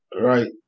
Right